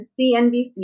CNBC